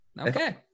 Okay